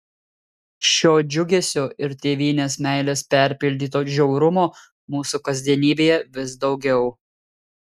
šio džiugesio ir tėvynės meilės perpildyto žiaurumo mūsų kasdienybėje vis daugiau